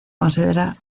considera